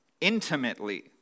intimately